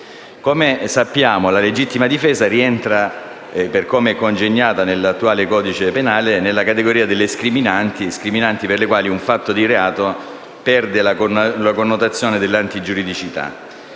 Come sappiamo, la legittima difesa rientra, per come è congegnata nell'attuale codice penale, nella categoria delle scriminanti per le quali un fatto di reato perde la connotazione dell'antigiuridicità.